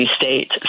state